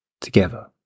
together